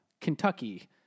Kentucky